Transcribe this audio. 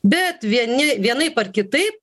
bet vieni vienaip ar kitaip